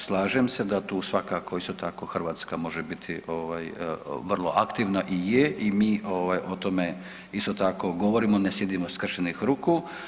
Slažem se da tu svakako isto tako Hrvatska može biti ovaj vrlo aktivna i je i mi ovaj o tome isto tako govorimo ne sjedimo skrštenih ruku.